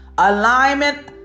Alignment